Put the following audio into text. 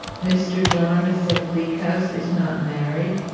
mr. jarndyce of bleak house is not married?